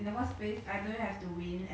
then you get beat by the rest